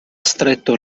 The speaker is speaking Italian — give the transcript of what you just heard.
stretto